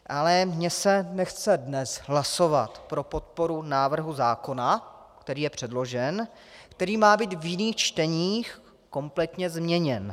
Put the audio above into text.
Ale mně se nechce dnes hlasovat pro podporu návrhu zákona, který je předložen, který má být v jiných čteních kompletně změněn.